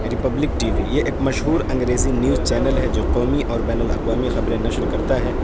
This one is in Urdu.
ریپبلک ٹی وی یہ ایک مشہور انگریزی نیوز چینل ہے جو قومی اور بین الاقوامی خبریں نشر کرتا ہے